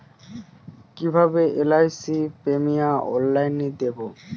কিভাবে LIC premium অনলাইনে দেবো?